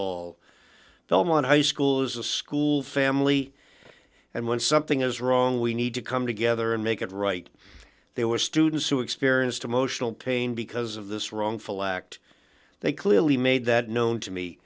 film on high school is a school family and when something is wrong we need to come together and make it right there were students who experienced emotional pain because of this wrongful act they clearly made that known to me